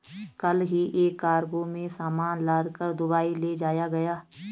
कल ही एक कार्गो में सामान लादकर दुबई ले जाया गया